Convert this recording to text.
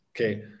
Okay